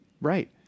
Right